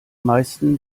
meisten